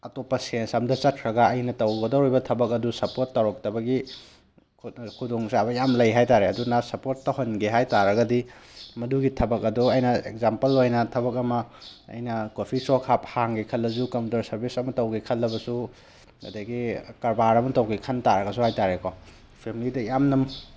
ꯑꯇꯣꯞꯄ ꯁꯦꯟꯁ ꯑꯝꯗ ꯆꯠꯈ꯭ꯔꯒ ꯑꯩꯅ ꯇꯧꯒꯗꯧꯔꯤꯕ ꯊꯕꯛ ꯑꯗꯨ ꯁꯄ꯭ꯔꯣꯠ ꯇꯧꯔꯛꯇꯕꯒꯤ ꯈꯨꯗꯣꯡꯆꯥꯕ ꯌꯥꯝ ꯂꯩ ꯍꯥꯏꯇꯥꯔꯦ ꯑꯗꯨꯅ ꯁꯞꯄ꯭ꯔꯣꯠ ꯇꯧꯍꯟꯒꯦ ꯍꯥꯏꯇꯥꯔꯒꯗꯤ ꯃꯗꯨꯒꯤ ꯊꯕꯛ ꯑꯗꯣ ꯑꯩꯅ ꯑꯦꯀꯖꯥꯝꯄꯜ ꯑꯣꯏꯅ ꯊꯕꯛ ꯑꯃ ꯑꯩꯅ ꯀꯣꯞꯐꯤ ꯁꯣꯞ ꯍꯥꯡꯒꯦ ꯈꯜꯂꯁꯨ ꯀꯩꯎꯟꯇꯔ ꯁꯥꯔꯕꯤꯁ ꯑꯃ ꯇꯧꯒꯦ ꯈꯜꯂꯕꯁꯨ ꯑꯗꯒꯤ ꯀꯔꯕꯥꯔ ꯑꯃ ꯇꯧꯒꯦ ꯈꯟꯇꯥꯔꯒꯁꯨ ꯍꯥꯏꯇꯥꯔꯦꯀꯣ ꯐꯦꯃꯂꯤꯗ ꯌꯥꯝꯅ